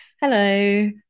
Hello